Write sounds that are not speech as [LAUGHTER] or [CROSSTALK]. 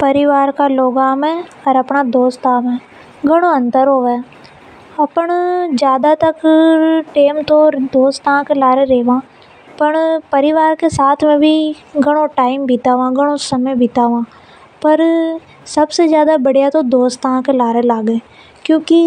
परिवार का लोगों में ओर अपना दोस्तों में घनों अंतर होवे। अपन ज्यादातर टेम तो दोस्त के साथ में रेवा पर परिवार के साथ भी घनों टेम बितआ वा। [NOISE] पर सबसे ज्यादा तो दोस्त के साथ में रेबो बढ़िया लागे। क्योंकि